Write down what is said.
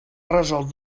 resolt